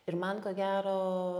ir man ko gero